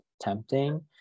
tempting